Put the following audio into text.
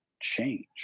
change